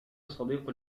صديقي